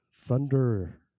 thunder